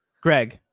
greg